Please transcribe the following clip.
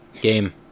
Game